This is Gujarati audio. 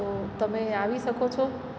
તો તમે આવી શકો છો